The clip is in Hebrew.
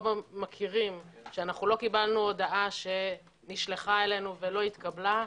או מכירים שלא קיבלנו הודעה שנשלחה אלינו ולא נתקבלה.